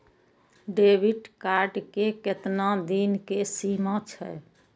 Debit card के केतना दिन के सीमा छै?